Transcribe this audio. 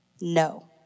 no